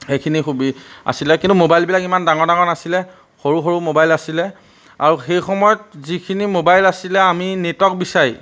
সেইখিনি সুবি আছিলে কিন্তু মোবাইলবিলাক ইমান ডাঙৰ ডাঙৰ নাছিলে সৰু সৰু মোবাইল আছিলে আৰু সেই সময়ত যিখিনি মোবাইল আছিলে আমি নেটৱৰ্ক বিচাৰি